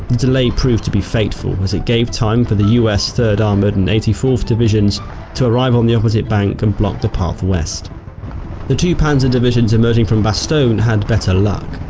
delay proved to be fateful as it gave time for the u s. third armored and eighty fourth divisions to arrive on the opposite bank and block the path west the two panzer divisions emerging from bastogne had better luck.